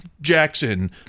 Jackson